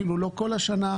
אפילו לא כול השנה,